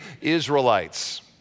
Israelites